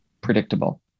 predictable